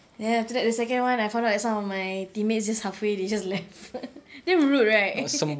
then after that the second one I found out that some of my teammates just halfway they just left damn rude right